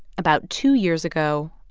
about two years ago,